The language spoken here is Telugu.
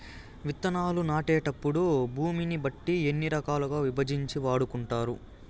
విత్తనాలు నాటేటప్పుడు భూమిని బట్టి ఎన్ని రకాలుగా విభజించి వాడుకుంటారు?